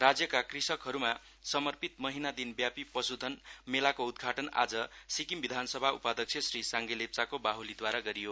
राज्यका कृषकहरूमा समर्पित महिना दिनव्यापी पशुधन मेलाको उद्घाटन आज सिक्किम विधानसभा उपाध्यक्ष श्री साङ्गे लेप्चाको बाहुलीद्वारा गरियो